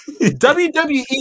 WWE